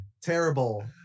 terrible